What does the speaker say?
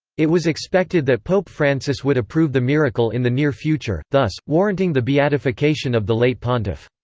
it was expected that pope francis would approve the miracle in the near future, thus, warranting the beatification of the late pontiff.